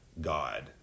God